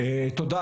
תודה,